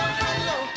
hello